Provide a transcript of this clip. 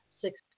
six